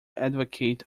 advocate